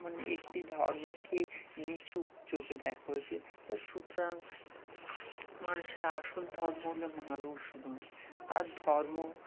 মানে একটি ধর্মকে নিচু চোখে দেখা হয়েছে তা সুতরাং মানুষের আসল ধর্ম হলে মানুষ নয় তার ধর্ম